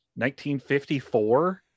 1954